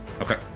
Okay